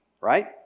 right